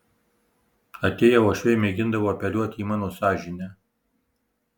atėję uošviai mėgindavo apeliuoti į mano sąžinę